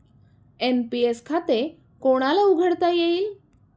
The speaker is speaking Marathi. एन.पी.एस खाते कोणाला उघडता येईल?